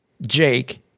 Jake